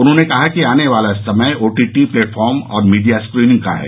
उन्होंने कहा कि आने वाला समय ओटीटी प्लेटफार्म और मीडिया स्क्रीनिंग का है